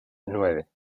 nueve